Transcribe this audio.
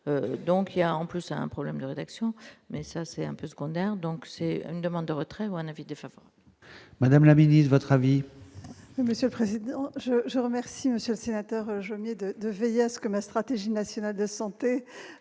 donc il y a en plus un problème de rédaction, mais ça c'est un peu ce qu'on a, donc c'est une demande de retrait ou un avis de façon. Madame la Ministre votre avis. Monsieur le Président, je je remercie, Monsieur le Sénateur, je mets de de veiller à ce que ma stratégie nationale de santé